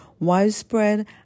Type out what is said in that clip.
widespread